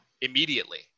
Immediately